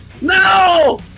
No